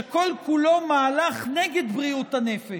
שכל-כולו מהלך נגד בריאות הנפש,